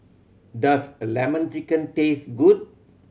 does a Lemon Chicken taste good